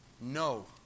No